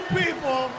people